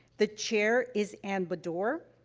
the chair is ann baddour.